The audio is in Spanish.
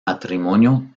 matrimonio